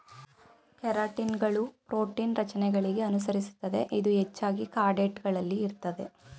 ಕೆರಾಟಿನ್ಗಳು ಪ್ರೋಟೀನ್ ರಚನೆಗಳಿಗೆ ಅನುಸರಿಸುತ್ತದೆ ಇದು ಹೆಚ್ಚಾಗಿ ಕಾರ್ಡೇಟ್ ಗಳಲ್ಲಿ ಇರ್ತದೆ